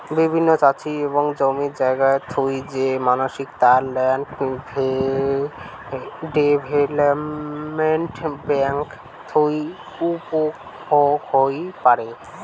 বিভিন্ন চাষি এবং জমি জায়গা থুই যে মানসি, তারা ল্যান্ড ডেভেলপমেন্ট বেঙ্ক থুই উপভোগ হই পারে